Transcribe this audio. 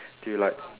do you like